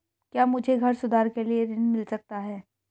क्या मुझे घर सुधार के लिए ऋण मिल सकता है?